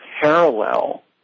parallel